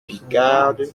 picarde